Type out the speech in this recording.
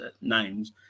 names